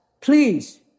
please